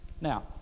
Now